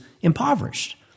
impoverished